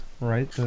Right